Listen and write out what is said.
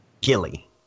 Gilly